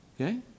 Okay